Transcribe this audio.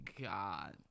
God